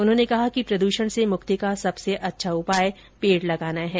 उन्होंने कहा कि प्रदूषण से मुक्ति का सबसे अच्छा उपाय पेड लगाना है